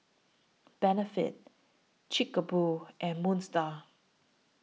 Benefit Chic A Boo and Moon STAR